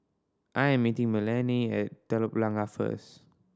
I am meeting Melanie at Telok Blangah first